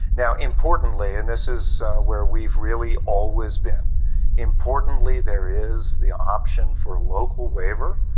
now, importantly, and this is where we've really always been importantly, there is the option for a local waiver.